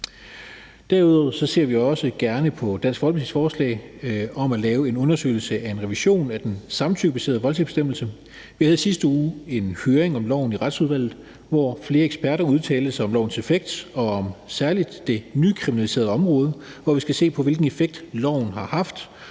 Derudover ser vi også gerne på Dansk Folkepartis forslag om at lave en undersøgelse af en revision af den samtykkebaserede voldtægtsbestemmelse. Vi havde i sidste uge en høring om loven i Retsudvalget, hvor flere eksperter udtalte sig om lovens effekt og særlig om det nykriminaliserede område, hvor vi skal se på, hvilken effekt loven har haft,